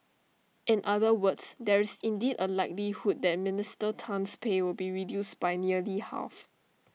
in other words there is indeed A likelihood that Minister Tan's pay will be reduced by nearly half